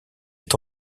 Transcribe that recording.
est